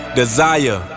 desire